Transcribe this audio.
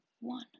One